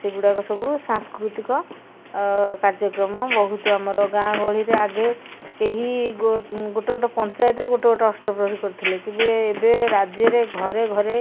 ସେଗୁଡ଼ାକ ସବୁ ସାଂସ୍କୃତିକ କାର୍ଯ୍ୟକ୍ରମ ବହୁତ ଆମର ଗାଁ ଗହଳିରେ ଆଗେ କେହି ଗୋ ଗୋଟେ ଗୋଟେ ପଞ୍ଚାୟତରେ ଗୋଟେ ଗୋଟେ ଅଷ୍ଟପ୍ରହରୀ କରୁଥିଲେ କିନ୍ତୁ ଏବେ ରାଜ୍ୟରେ ଘରେ ଘରେ